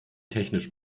technisch